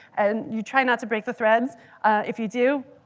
and you try not to break the threads if you do.